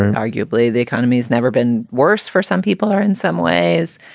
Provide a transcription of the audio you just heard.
and arguably, the economy's never been worse for some people are in some ways.